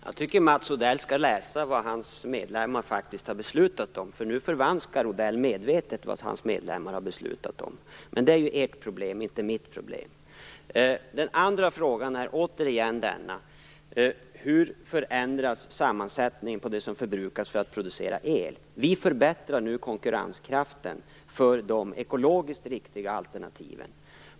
Fru talman! Jag tycker att Mats Odell skall läsa vad hans medlemmar faktiskt har beslutat, för nu förvanskar Odell medvetet vad hans medlemmar har beslutat om. Men det är ert och inte mitt problem. Den andra frågan är återigen: Hur förändras sammansättningen av det som förbrukas för att producera el? Vi förbättrar nu konkurrenskraften för de ekologiskt riktiga alternativen.